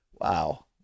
Wow